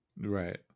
Right